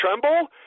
tremble